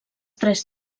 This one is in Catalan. tres